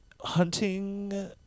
Hunting